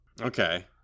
Okay